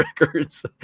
records